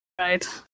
Right